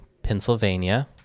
Pennsylvania